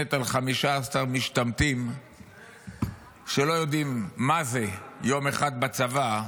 שנשענת על 15 משתמטים שלא יודעים מה זה יום אחד בצבא,